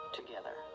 together